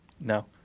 No